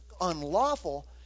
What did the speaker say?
unlawful